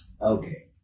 Okay